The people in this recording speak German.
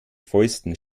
fäusten